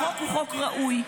החוק הוא חוק ראוי.